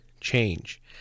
change